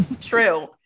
True